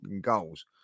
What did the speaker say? goals